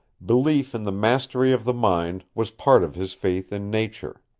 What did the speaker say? belief in the mastery of the mind was part of his faith in nature.